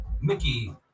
Mickey